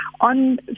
on